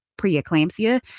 preeclampsia